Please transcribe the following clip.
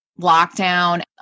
lockdown